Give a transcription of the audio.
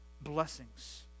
blessings